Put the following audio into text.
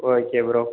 okay bro